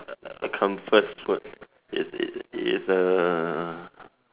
uh comfort food is uh